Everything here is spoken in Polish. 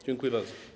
Dziękuję bardzo.